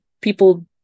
people